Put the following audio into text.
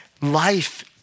life